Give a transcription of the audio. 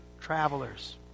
travelers